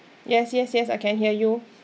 yes yes yes I can hear you